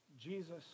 Jesus